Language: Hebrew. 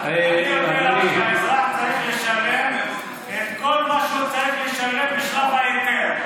אני יודע שהאזרח צריך לשלם את כל מה שהוא צריך לשלם בשלב ההיתר.